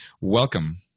Welcome